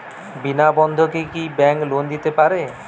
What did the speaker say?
বিনা বন্ধকে কি bank loan দিতে পারে?